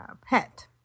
pet